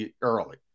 early